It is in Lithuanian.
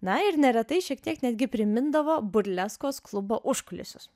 na ir neretai šiek tiek netgi primindavo burleskos klubo užkulisius